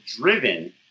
driven